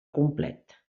complet